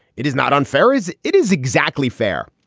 it is not unfair, is it is exactly fair.